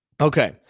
Okay